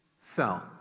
fell